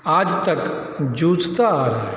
आज तक जूझता आ रहा है